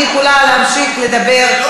אני יכולה להמשיך לדבר,